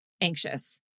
anxious